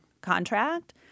contract